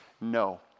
no